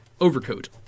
overcoat